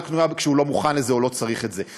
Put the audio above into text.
קנויה כשהוא לא מוכן לזה או לא צריך את זה.